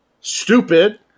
Stupid